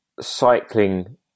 cycling